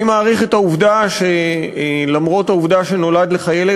אני מעריך את העובדה שאף-על-פי שנולד לך ילד,